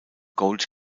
gold